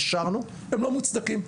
אישרנו הם לא מוצדקים.